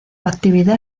actividad